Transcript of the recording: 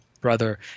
brother